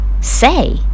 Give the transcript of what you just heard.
Say